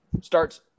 starts